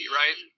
right